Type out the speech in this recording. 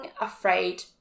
afraid